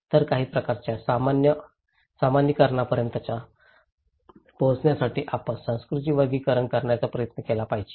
तर काही प्रकारच्या सामान्यीकरणापर्यंत पोहोचण्यासाठी आपण संस्कृतीचे वर्गीकरण करण्याचा प्रयत्न केला पाहिजे